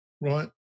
right